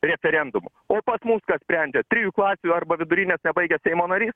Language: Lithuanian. referendumu o pas mus kas sprendžia trijų klasių arba vidurinės nebaigęs seimo narys